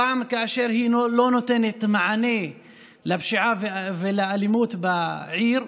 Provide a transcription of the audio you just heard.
פעם כאשר היא לא נותנת מענה לפשיעה ולאלימות בעיר,